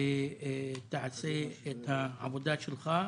ותעשה את עבודתך,